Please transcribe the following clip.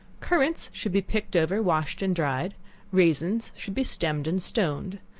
currants should be picked over, washed and dried raisins should be stemmed and stoned.